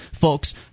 folks